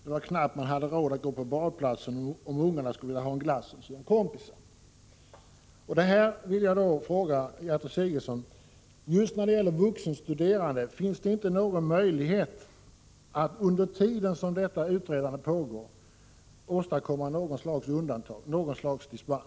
Det var knappt att jag hade råd att gå till badplatsen — om ungarna skulle vilja ha en glass som sina kompisar.